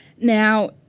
Now